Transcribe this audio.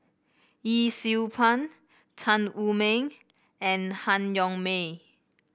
Yee Siew Pun Tan Wu Meng and Han Yong May